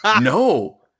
No